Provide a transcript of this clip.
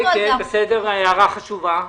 הצעה לסדר.